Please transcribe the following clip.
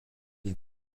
est